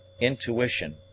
intuition